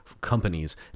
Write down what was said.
companies